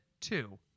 two